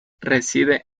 reside